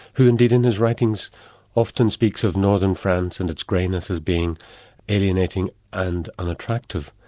who indeed in his writings often speaks of northern france and its greyness as being alienating and unattractive.